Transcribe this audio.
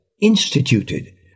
instituted